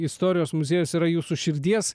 istorijos muziejus yra jūsų širdies